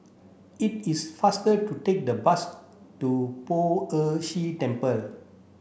it is faster to take the bus to Poh Ern Shih Temple